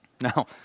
Now